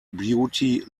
beauty